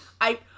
I-